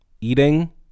eating